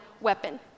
weapon